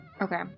Okay